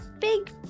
big